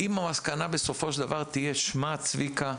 אם בסופו של דבר המסקנה תהיה "שמע, צביקה,